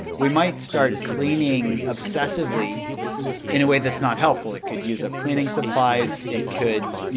we might start cleaning obsessively in a way that's not helpful. it could use up cleaning supplies. it could, you